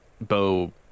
Bo